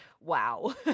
Wow